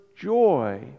joy